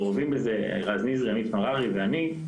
היו מעורבים בזה רז נזרי, עמית מררי ואני,